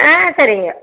ஆ சரிங்க